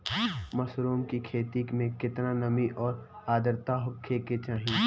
Mushroom की खेती में केतना नमी और आद्रता होखे के चाही?